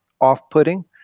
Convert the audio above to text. off-putting